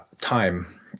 time